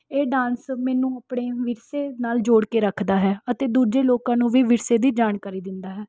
ਇਹ ਡਾਂਸ ਮੈਨੂੰ ਆਪਣੇ ਵਿਰਸੇ ਨਾਲ ਜੋੜ ਕੇ ਰੱਖਦਾ ਹੈ ਅਤੇ ਦੂਜੇ ਲੋਕਾਂ ਨੂੰ ਵੀ ਵਿਰਸੇ ਦੀ ਜਾਣਕਾਰੀ ਦਿੰਦਾ ਹੈ